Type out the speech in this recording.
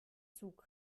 zug